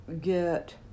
get